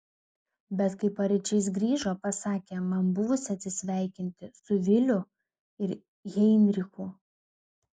bet kai paryčiais grįžo pasakė man buvusi atsisveikinti su viliu ir heinrichu